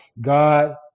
God